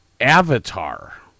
avatar